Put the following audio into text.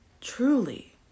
truly